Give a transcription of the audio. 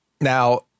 Now